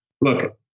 Look